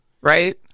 Right